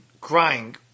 crying